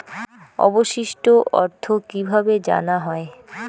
অবশিষ্ট অর্থ কিভাবে জানা হয়?